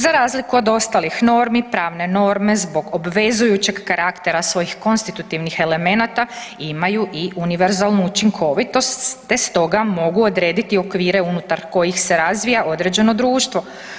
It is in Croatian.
Za razliku od ostalih normi pravne norme zbog obvezujućeg karaktera svojih konstitutivnih elemenata imaju i univerzalnu učinkovitost, te stoga mogu odrediti okvire unutar kojih se razvija određeno društvo.